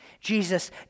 Jesus